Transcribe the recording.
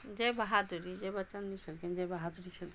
जया बहादुरी जया बच्चन नहि छलखिन जया बहादुरी